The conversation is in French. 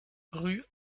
rue